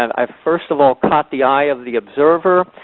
i first of all caught the eye of the observer,